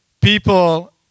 People